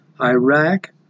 Iraq